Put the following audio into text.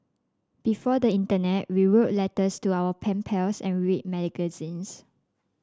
before the internet we wrote letters to our pen pals and read magazines